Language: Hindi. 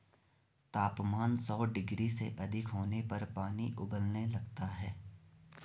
तापमान सौ डिग्री से अधिक होने पर पानी उबलने लगता है